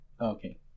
Okay